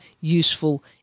useful